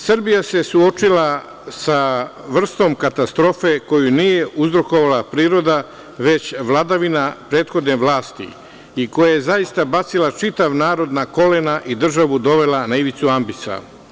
Srbija se suočila sa vrstom katastrofe koju nije uzrokovala priroda, već vladavina prethodne vlasti i koja je zaista bacila čitav narod na kolena i državu dovela na ivicu ambisa.